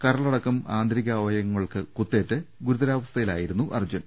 കരൾ അടക്കം ആന്തരികാവയവങ്ങൾക്ക് കുത്തേറ്റ് ഗുരുതരാ വസ്ഥയിലായിരുന്നു അർജ്ജുൻ